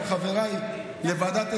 עם חבריי לוועדת האתיקה,